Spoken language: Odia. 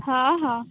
ହଁ ହଁ